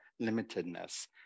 limitedness